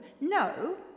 No